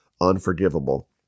unforgivable